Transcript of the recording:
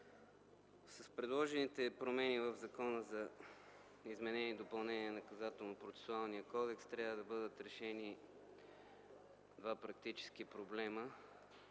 С предложените промени в Законопроекта за изменение и допълнение на Наказателно-процесуалния кодекс трябва да бъдат решени два практически проблема,